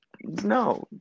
no